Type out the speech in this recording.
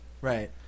right